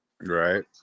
Right